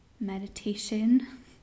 meditation